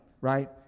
right